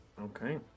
Okay